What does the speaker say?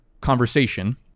conversation